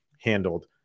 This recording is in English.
handled